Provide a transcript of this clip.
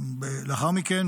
לאחר מכן,